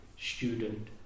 student